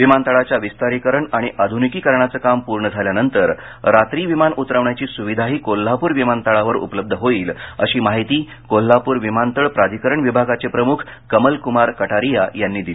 विमानतळाच्या विस्तारीकरण आणि आधनिकीकरणाचं काम पूर्ण झाल्यानंतर रात्री विमान उतरवण्य्यी सुविधाही कोल्हापूर विमानतळावर उपलब्ध होईल अशी माहिती कोल्हापूर विमानतळ प्राधिकरण विभागाचे प्रमुख कमल कुमार कटारिया यांनी दिली